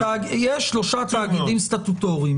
יש שלושה תאגידים סטטוטוריים